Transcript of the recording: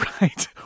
Right